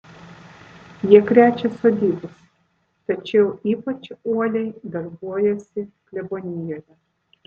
jie krečia sodybas tačiau ypač uoliai darbuojasi klebonijoje